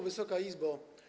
Wysoka Izbo!